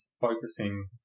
focusing